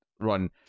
run